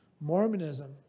Mormonism